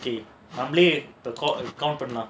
நம்மளே:nammalae count பண்ணலாம்:pannalaam